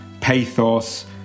pathos